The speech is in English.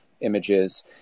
images